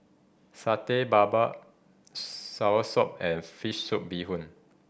Satay Babat soursop and fish soup bee hoon